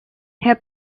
herr